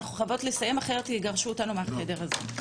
אנחנו חייבות לסיים אחרת יגרשו אותנו מהחדר הזה.